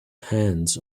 hands